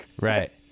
Right